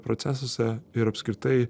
procesuose ir apskritai